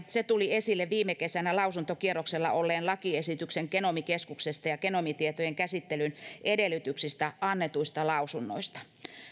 se tuli esille viime kesänä lausuntokierroksella olleen lakiesityksen genomikeskuksesta ja genomitietojen käsittelyn edellytyksistä annetuista lausunnoista